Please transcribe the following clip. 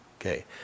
Okay